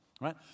right